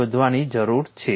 તેથી શોધવાની જરૂર છે